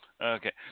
Okay